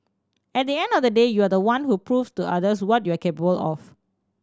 at the end of the day you are the one who proves to others what you are capable of